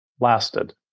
lasted